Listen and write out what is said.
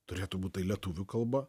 turėtų būt tai lietuvių kalba